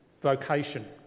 vocation